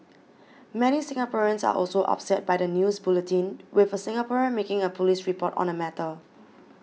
many Singaporeans are also upset by the news bulletin with a Singaporean making a police report on the matter